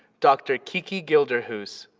dr. kiki gilderhus.